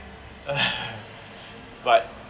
but